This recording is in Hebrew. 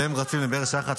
והם רצים לבאר שחת,